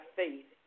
faith